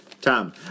Tom